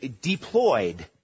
deployed